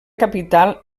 capital